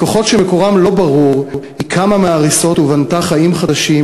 בכוחות שמקורם לא ברור היא קמה מההריסות ובנתה חיים חדשים,